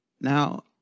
Now